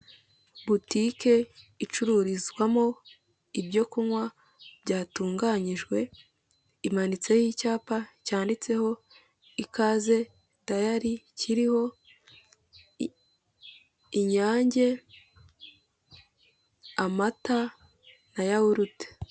Butike icururizwamo ibyokunywa byatunganyijwe, imanitse icyapa cyanditseho ikaze dayali kiriho inyange, amata na yawurute.